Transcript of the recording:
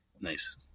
Nice